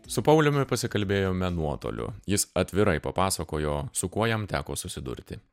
su pauliumi pasikalbėjome nuotoliu jis atvirai papasakojo su kuo jam teko susidurti